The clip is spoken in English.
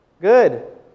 Good